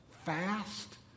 fast